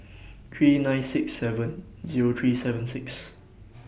three nine six seven Zero three seven six